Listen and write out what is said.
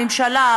הממשלה,